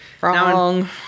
Wrong